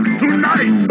tonight